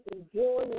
Enjoy